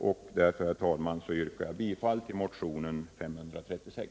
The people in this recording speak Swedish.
Jag yrkar alltså bifall till motionen 536.